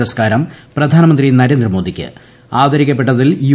പുരസ്കാരം പ്രധ്യാനമന്ത്രി നരേന്ദ്ര മോദിക്ക് ആദരിക്കപ്പെട്ടതിൽ ിയു